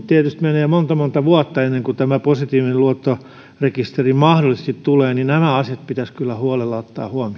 tietysti menee monta monta vuotta ennen kuin tämä positiivinen luottorekisteri mahdollisesti tulee mutta nämä asiat pitäisi kyllä huolella